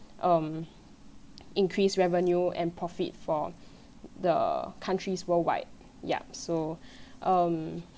um increase revenue and profit for the countries world wide yup so um